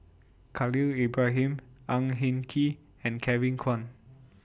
Khalil Ibrahim Ang Hin Kee and Kevin Kwan